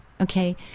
Okay